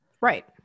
Right